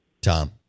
Tom